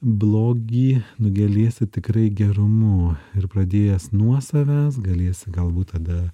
blogį nugelėsi tikrai gerumu ir pradėjęs nuo savęs galėsi galbūt tada